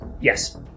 Yes